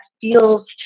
feels